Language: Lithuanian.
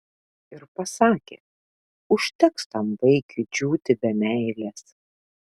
ir pasakė užteks tam vaikiui džiūti be meilės